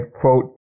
quote